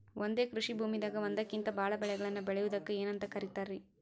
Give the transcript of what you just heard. ಒಂದೇ ಕೃಷಿ ಭೂಮಿದಾಗ ಒಂದಕ್ಕಿಂತ ಭಾಳ ಬೆಳೆಗಳನ್ನ ಬೆಳೆಯುವುದಕ್ಕ ಏನಂತ ಕರಿತಾರೇ?